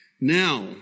Now